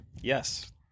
yes